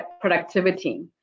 productivity